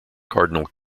cardinal